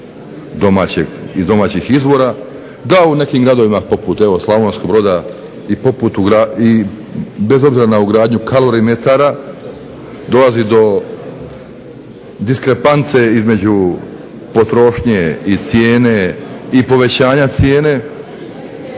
domaćeg iz domaćih izvora, da u nekim gradovima poput evo Slavonskog Broda i poput, i bez obzira na ugradnju kalorimetara dolazi do diskrepance između potrošnje i cijene i povećanja cijene